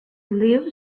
live